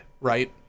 right